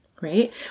right